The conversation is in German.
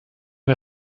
ein